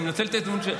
ואני מנצל את ההזדמנות.